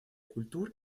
культур